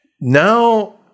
Now